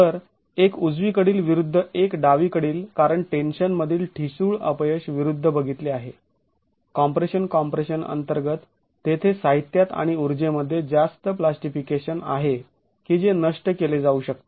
तर एक उजवीकडील विरुद्ध एक डावीकडील कारण टेन्शन मधील ठिसूळ अपयश विरुद्ध बघितले आहे कॉम्प्रेशन कॉम्प्रेशन अंतर्गत तेथे साहित्यात आणि ऊर्जेमध्ये जास्त प्लास्टिफिकेशन आहे की जे नष्ट केले जाऊ शकते